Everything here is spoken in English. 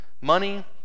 money